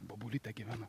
bobulytė gyvena